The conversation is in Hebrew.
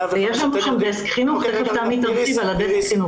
יש שם דסק חינוך ותכף תמי תרחיב על כך.